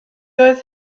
oedd